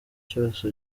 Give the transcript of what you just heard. cyose